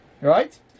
right